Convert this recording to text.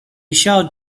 shouted